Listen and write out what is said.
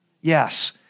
Yes